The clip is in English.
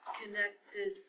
connected